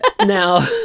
now